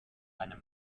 eine